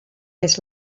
més